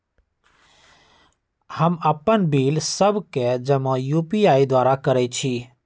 हम अप्पन बिल सभ के जमा यू.पी.आई द्वारा करइ छी